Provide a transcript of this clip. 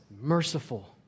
merciful